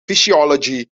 physiology